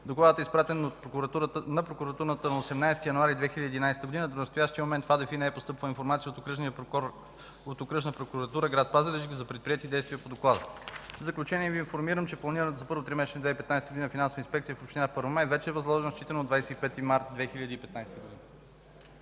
Докладът е изпратен на прокуратурата на 18 януари 2011 г. До настоящия момент в АДФИ не е постъпвала информация от Окръжна прокуратура – гр. Пазарджик, за предприети действия по доклада. В заключение Ви информирам, че планираната за първото тримесечие на 2015 г. финансова инспекция в община Първомай вече е възложена, считано от 25 март 2015 г.